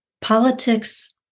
Politics